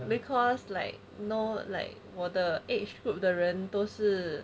because like no like 我的 age group 的人都是